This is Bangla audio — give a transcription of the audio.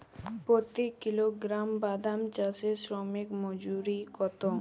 প্রতি কিলোগ্রাম বাদাম চাষে শ্রমিক মজুরি কত?